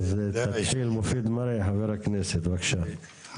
אז מופיד מרעי, חבר הכנסת, בבקשה.